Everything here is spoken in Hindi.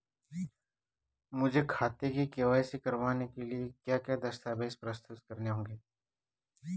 मुझे खाते की के.वाई.सी करवाने के लिए क्या क्या दस्तावेज़ प्रस्तुत करने होंगे?